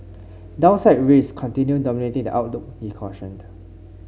downside risks continue dominating the outlook he cautioned